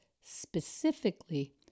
specifically